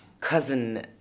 cousin